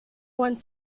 went